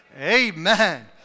Amen